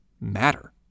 matter